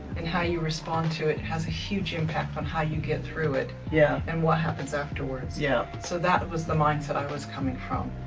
and how you respond to it has a huge impact on how you get through it yeah and what happens afterwards. yeah. so that was the mindset i was coming from.